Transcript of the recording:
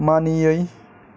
मानियै